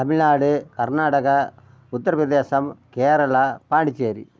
Tamil Nadu Karnataka Uttar Pradesh Kerala Pondicherry